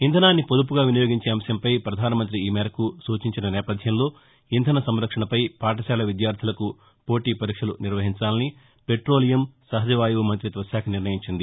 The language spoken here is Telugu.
ఇంధనాన్ని పొదుపుగా వినియోగించే అంశంపై పధాన మంత్రి ఈ మేరకు సూచించిన నేపథ్యంలో ఇంధన సంరక్షణపై పాఠశాల విద్యార్థులకు పోటీ పరీక్షలు నిర్వహించాలని ప్రెటోలియం సహజవాయువు మంతిత్వ శాఖ నిర్ణయించింది